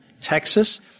Texas